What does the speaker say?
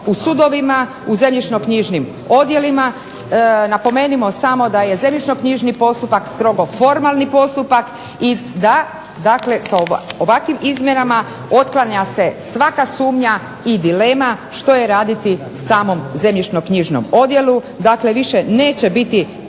u sudovima u zemljišno-knjižnim odjelima. Napomenimo samo da je zemljišno-knjižni postupak strogo formalni postupak i da, dakle sa ovakvim izmjenama otklanja se svaka sumnja i dilema što je raditi samom zemljišno-knjižnom odjelu. Dakle, više neće biti